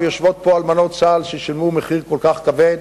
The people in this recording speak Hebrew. ויושבות פה אלמנות צה"ל ששילמו מחיר כל כך כבד,